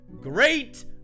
Great